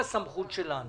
אנחנו יכולים לחכות.